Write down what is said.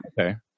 Okay